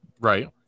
Right